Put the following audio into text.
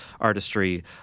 artistry